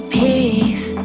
peace